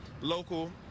local